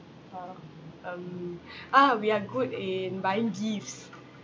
uh um ah we are good in buying gifts